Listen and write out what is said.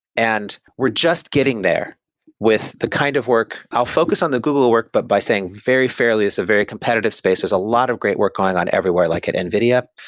and we're just getting there with the kind of work. i'll focus on the google work, but by saying very fairly, it's a very competitive space. there's a lot of great work going on everywhere like at nvidia.